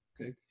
Okay